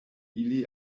ili